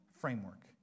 framework